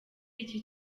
iki